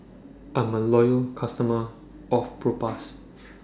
I'm A Loyal customer of Propass